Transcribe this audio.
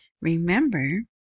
remember